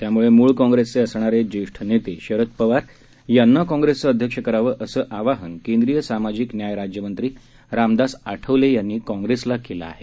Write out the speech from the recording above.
त्यामुळे मूळ काँप्रेसचे असणारे ज्येष्ठ नेते शरद पवार यांना काँप्रेसचे अध्यक्ष करावं असं आवाहन केंद्रीय सामाजिक न्याय राज्यमंत्री रामदास आठवले यांनी काँग्रेसला केलं आहे